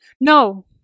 no